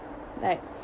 like